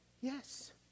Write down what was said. Yes